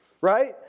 right